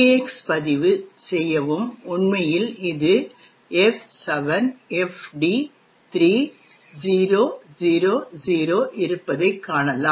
X பதிவு செய்யவும் உண்மையில் இது F7FD3000 இருப்பதைக் காணலாம்